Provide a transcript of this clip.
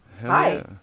Hi